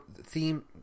theme